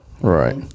Right